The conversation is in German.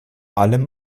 allem